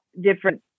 different